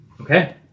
Okay